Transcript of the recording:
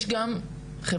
יש גם חברה,